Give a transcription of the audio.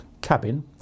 cabin